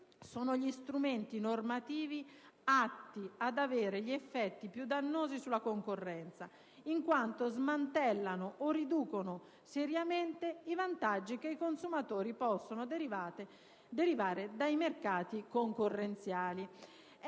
sono gli strumenti normativi atti ad avere gli effetti più dannosi sulla concorrenza, in quanto smantellano o riducono seriamente i vantaggi che i consumatori possono derivare dai mercati concorrenziali».